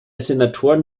senatoren